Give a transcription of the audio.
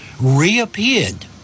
reappeared